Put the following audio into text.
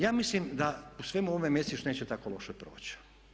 Ja mislim da u svemu ovome Mesić neće tako loše proći.